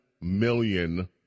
million